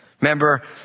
Remember